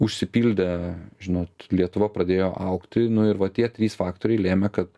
užsipildė žinot lietuva pradėjo augti ir va tie trys faktoriai lėmė kad